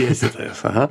dėstytojas aha